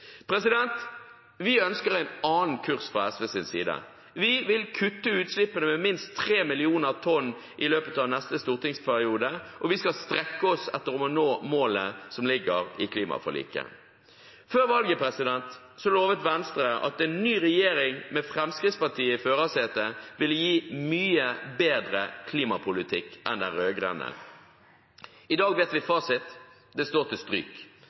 Vi fra SVs side ønsker en annen kurs. Vi vil kutte utslippene med minst 3 millioner tonn i løpet av neste stortingsperiode, og vi skal strekke oss etter å nå målet som ligger i klimaforliket. Før valget lovet Venstre at en ny regjering, med Fremskrittspartiet i førersetet, ville gi en mye bedre klimapolitikk enn den rød-grønne. I dag har vi fasiten: Det står til stryk.